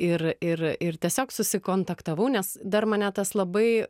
ir ir ir tiesiog susikontaktavau nes dar mane tas labai